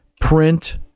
print